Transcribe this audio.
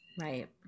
Right